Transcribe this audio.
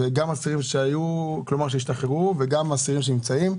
גם אסירים שהשתחררו וגם אסירים שנמצאים.